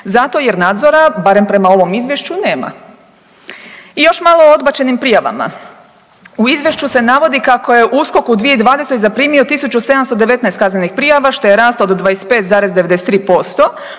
Zato jer nadzora, barem prema ovom izvješću nema. I još malo o odbačenim prijavama. U izvješću se navodi kako je USKOK u 2020. zaprimio 1719 kaznenih prijava što je rast od 25,93%